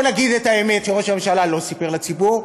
בוא נגיד את האמת שראש הממשלה לא סיפר לציבור,